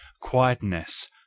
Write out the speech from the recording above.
quietness